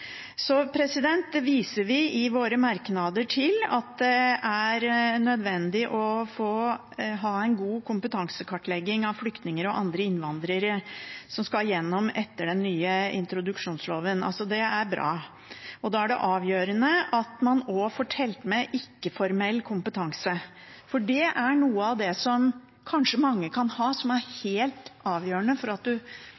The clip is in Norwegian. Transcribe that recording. viser vi til at det er nødvendig å ha en god kompetansekartlegging av flyktninger og andre innvandrere som skal gjennom etter den nye introduksjonsloven. Det er bra, og da er det avgjørende at man også får telt med ikke-formell kompetanse. For det er noe av det som kanskje mange kan ha, og som er